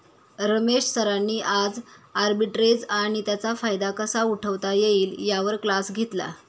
रमेश सरांनी आज आर्बिट्रेज आणि त्याचा फायदा कसा उठवता येईल यावर क्लास घेतला